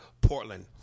Portland